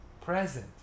Present